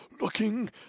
looking